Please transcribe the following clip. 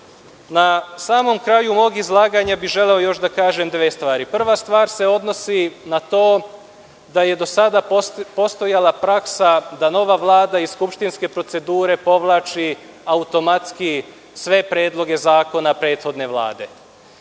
samom kraju mog izlaganja bih želeo da kažem dve stvari. Prva stvar se odnosi na to da je do sada postojala praksa da nova Vlada iz skupštinske procedure povlači automatski sve predloge zakona prethodne Vlade.